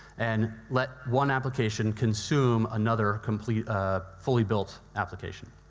and let one application consume another complete ah fully built application.